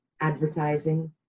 advertising